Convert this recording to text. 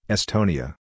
Estonia